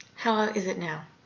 is it now?